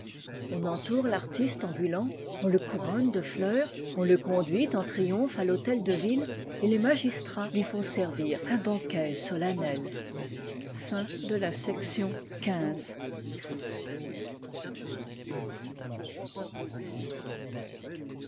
on entoure l'artiste ambulant on le couronne de fleurs on le conduit en triomphe à l'hôtel de ville et les magistrats lui font servir un banquet solennel